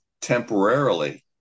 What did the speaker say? temporarily